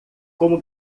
como